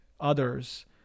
others